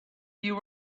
you